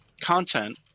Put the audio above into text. content